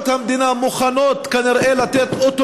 המדינה מוכנות כנראה לתת בו אוטונומיה,